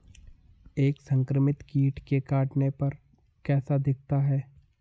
एक संक्रमित कीट के काटने पर कैसा दिखता है?